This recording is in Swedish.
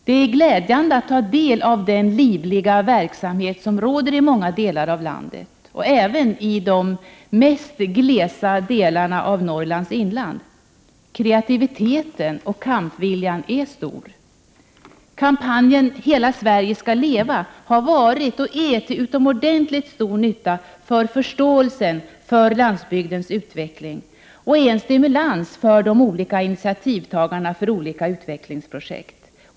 Det är glädjande att ta del av den livliga verksamhet som råder i många delar av landet, även i de mest glesa delarna av Norrlands inland. Kreativiteten och kampviljan är stor. Kampanjen ”Hela Sverige ska leva” har varit och är till utomordentligt stor nytta för förståelsen av landsbygdens utveckling och en stimulans för de olika initiativtagarna till olika utvecklingsprojekt.